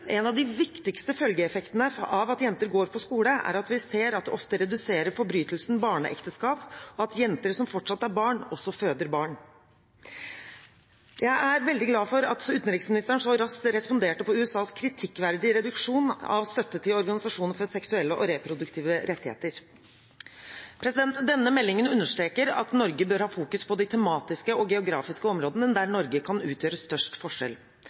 En av de viktigste følgeeffektene av at jenter går på skole, er at vi ser at det ofte reduserer forbrytelsen barneekteskap, og at jenter som fortsatt er barn, også føder barn. Jeg er veldig glad for at utenriksministeren så raskt responderte på USAs kritikkverdige reduksjon av støtte til organisasjoner for seksuelle og reproduktive rettigheter. Denne meldingen understreker at Norge bør fokusere på de tematiske og geografiske områdene der Norge kan utgjøre størst forskjell.